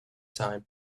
time